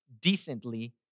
decently